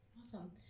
Awesome